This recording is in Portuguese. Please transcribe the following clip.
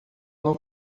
não